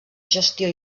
gestió